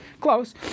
Close